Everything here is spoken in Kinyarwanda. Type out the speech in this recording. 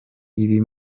ibi